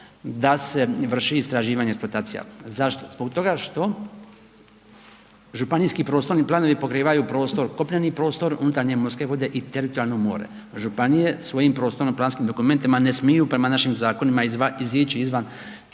da se vrši istraživanje i eksploatacija. Zašto? Zbog toga što županijski prostorni planovi pokrivaju prostor kopneni prostor, unutarnje morske vode i teritorijalno more. Županije svojim prostorno-planskim dokumentima ne smiju prema našim zakonima izići izvan